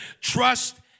trust